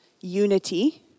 unity